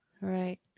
Right